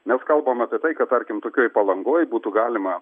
mes kalbam apie tai kad tarkim tokioj palangoj būtų galima